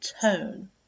tone